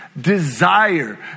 desire